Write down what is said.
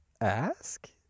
ask